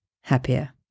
happier